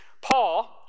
Paul